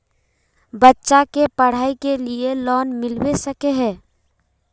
बच्चा के पढाई के लिए लोन मिलबे सके है?